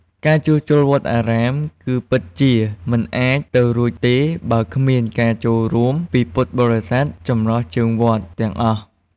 ការជួសជុលវត្តអារាម គឺពិតជាមិនអាចទៅរួចទេបើគ្មានការចូលរួមពីពុទ្ធបរិស័ទចំណុះជើងវត្តទាំងអស់។